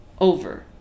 over